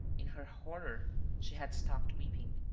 in her horror she had stopped weeping.